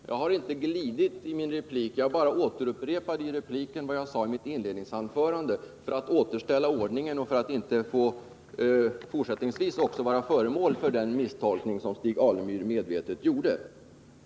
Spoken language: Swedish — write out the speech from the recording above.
Fru talman! Jag har inte glidit i min replik. Vad jag sade i mitt inledningsanförande återupprepade jag i min replik för att återställa ordningen och för att inte även i fortsättningen bli föremål för den misstolkning som Stig Alemyr medvetet gjorde.